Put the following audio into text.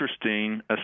interesting